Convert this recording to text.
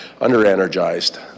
under-energized